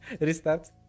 restart